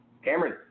Cameron